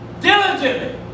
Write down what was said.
Diligently